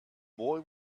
boy